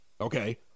Okay